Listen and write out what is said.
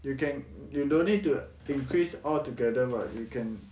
you can you don't need to increase all together but you can